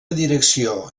direcció